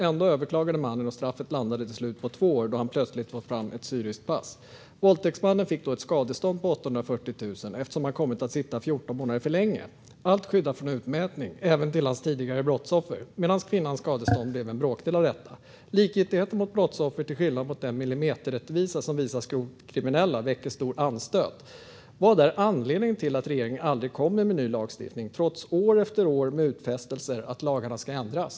Ändå överklagade mannen, och straffet landade till slut på två år då han plötsligt fått fram ett syriskt pass. Våldtäktsmannen fick då ett skadestånd på 840 000 kronor eftersom han kommit att sitta 14 månader för länge, allt skyddat från utmätning, även till hans tidigare brottsoffer, medan kvinnans skadestånd blev en bråkdel av detta. Likgiltigheten mot brottsoffer, till skillnad från den millimeterrättvisa som visas grovt kriminella, väcker stor anstöt. Vad är anledningen till att regeringen aldrig kommer med ny lagstiftning trots år efter år med utfästelser att lagarna ska ändras?